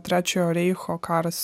trečiojo reicho karas